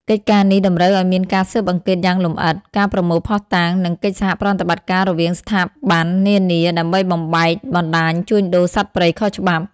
កិច្ចការនេះតម្រូវឲ្យមានការស៊ើបអង្កេតយ៉ាងលម្អិត ការប្រមូលភស្តុតាង និងកិច្ចសហប្រតិបត្តិការរវាងស្ថាប័ននានា ដើម្បីបំបែកបណ្ដាញជួញដូរសត្វព្រៃខុសច្បាប់។